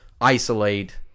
isolate